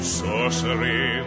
sorcery